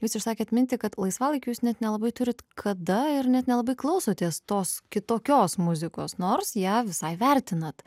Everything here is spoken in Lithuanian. jūs išsakėt mintį kad laisvalaikiu net nelabai turit kada ir net nelabai klausotės tos kitokios muzikos nors ją visai vertinat